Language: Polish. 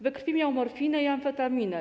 We krwi miał morfinę i amfetaminę.